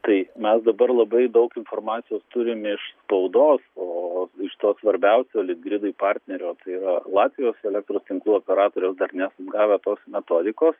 taip mes dabar labai daug informacijos turim iš spaudos o iš to svarbiausio litgrid partnerio tai yra latvijos elektros tinklų operatoriaus dar nesam gavę tos metodikos